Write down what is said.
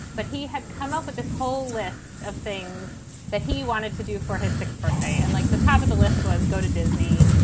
but he had come up with this whole list of things that he wanted to do for his sixth birthday. and like the top of the list was go to disney.